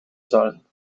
sollen